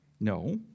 No